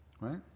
Right